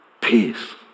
peace